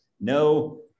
no